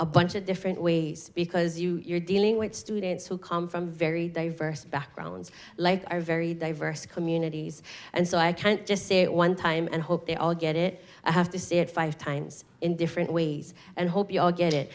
a bunch of different ways because you're dealing with students who come from very diverse backgrounds are very diverse communities and so i can't just say one time and hope they all get it i have to say it five times in different ways and hope you all get it